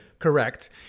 Correct